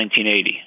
1980